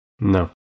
No